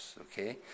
okay